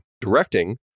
directing